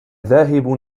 ذاهب